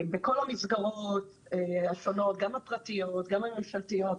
בכל המסגרות השונות, גם הפרטיות, גם הממשלתיות.